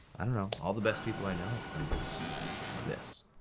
i don't know, all the best people i know have come from this.